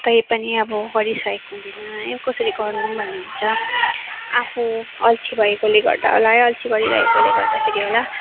त्यही पनि अब गरिसकेको हुँदिनँ है कसरी गर्नु भन्ने हुन्छ आफू अल्छी भएकोले गर्दा होला है अल्छी गरिरहेकोले गर्दाखेरि होला